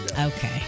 okay